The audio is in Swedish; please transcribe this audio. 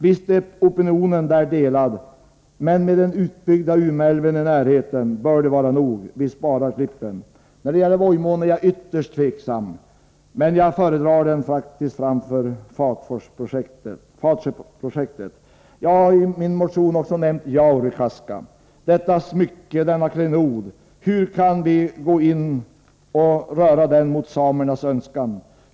Visst är opinionen delad, men med den utbyggda Umeälven i närheten bör det vara nog. Vi spar Klippen. Beträffande Vojmån är jag ytterst tveksam, men jag föredrar faktiskt den framför Fatsjöprojektet. I min motion har jag också nämnt Jaurekaska, denna klenod. Hur kan vi röra Jaurekaska mot samernas önskan?